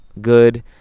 good